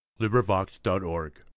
LibriVox.org